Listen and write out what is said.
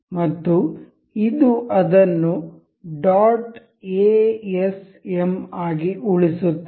ಮತ್ತು ಇದು ಅದನ್ನು ಡಾಟ್ ಎ ಎಸ್ ಎಂ ಆಗಿ ಉಳಿಸುತ್ತದೆ